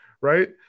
right